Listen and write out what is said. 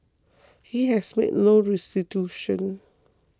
he has made no restitution